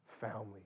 family